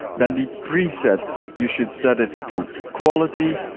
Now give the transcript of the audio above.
then the preset, you should set it to quality,